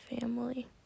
family